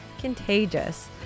contagious